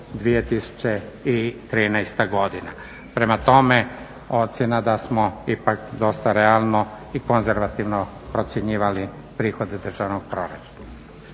2013. godine. Prema tome, ocjena da smo ipak dosta realno i konzervativno procjenjivali prihode državnog proračuna.